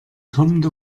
kommende